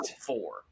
four